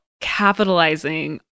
capitalizing